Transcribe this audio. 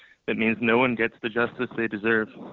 that means no one gets the justice they deserve.